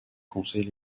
conseil